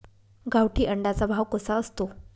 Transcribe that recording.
गावठी अंड्याचा भाव कसा असतो?